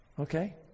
Okay